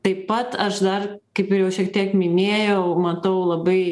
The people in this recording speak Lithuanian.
taip pat aš dar kaip ir jau šiek tiek minėjau matau labai